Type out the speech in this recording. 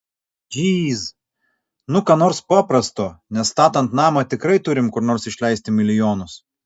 džyz nu ką nors paprasto nes statant namą tikrai turim kur išleisti milijonus